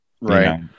Right